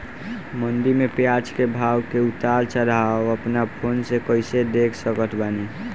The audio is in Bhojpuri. मंडी मे प्याज के भाव के उतार चढ़ाव अपना फोन से कइसे देख सकत बानी?